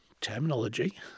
terminology